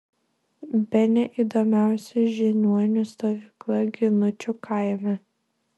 bene įdomiausia žiniuonių stovykla ginučių kaime